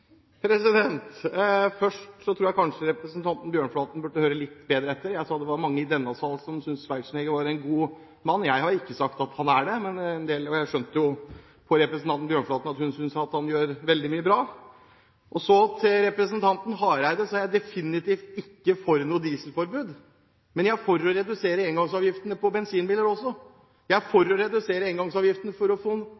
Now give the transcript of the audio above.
Først tror jeg kanskje representanten Bjørnflaten burde høre litt bedre etter. Jeg sa det var mange i denne salen som synes Schwarzenegger var en god mann. Jeg har ikke sagt at han er det, men jeg skjønte jo på representanten Bjørnflaten at hun synes at han gjør veldig mye bra. Så til representanten Hareide: Jeg er definitivt ikke for noe dieselforbud. Men jeg er for å redusere engangsavgiftene på bensinbiler også. Jeg er